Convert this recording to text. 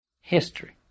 History